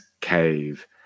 cave